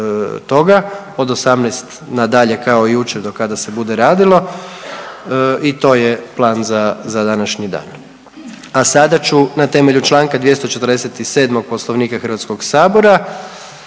od 18 na dalje kao jučer do kada se bude radilo i to je plan za današnji dan. A sada ću na temelju čl. 247. Poslovnika HS-a